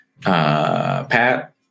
Pat